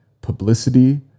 publicity